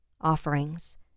Offerings